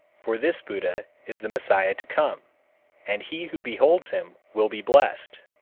for this buddha is the messiah to come and he who beholds him will be blessed.